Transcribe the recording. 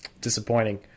disappointing